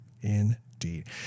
Indeed